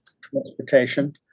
transportation